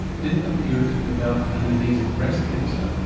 didn't appear to develop an invasive breast cancer.